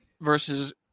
versus